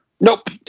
nope